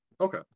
Okay